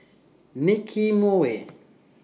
Nicky Moey